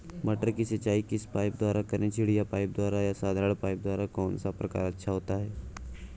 मटर की सिंचाई किस पाइप द्वारा करें चिड़िया पाइप द्वारा या साधारण पाइप द्वारा कौन सा प्रकार अच्छा होता है?